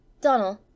Donald